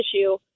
issue